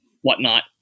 whatnot